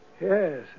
Yes